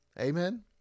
amen